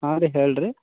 ಹಾಂ ರೀ ಹೇಳಿರಿ